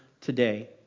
today